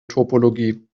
topologie